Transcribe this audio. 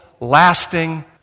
lasting